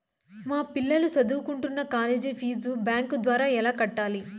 మా పిల్లలు సదువుకుంటున్న కాలేజీ ఫీజు బ్యాంకు ద్వారా ఎలా కట్టాలి?